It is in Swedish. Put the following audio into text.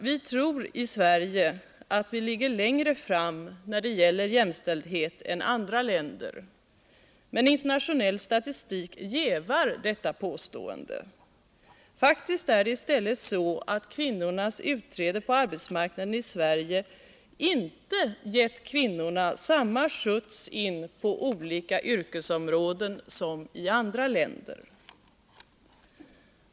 Vi tror i Sverige att vi ligger längre fram när det gäller jämställdhet än andra länder. Internationell statistik jävar detta påstående. Faktiskt är det i stället så att kvinnornas utträde på arbetsmarknaden i Sverige inte gett kvinnorna samma skjuts in på olika yrkesområden som i andra länder.